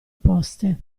poste